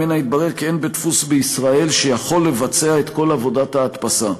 והתברר כי אין בית-דפוס בישראל שיכול לבצע את כל עבודת ההדפסה,